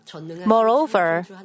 Moreover